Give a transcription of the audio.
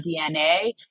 DNA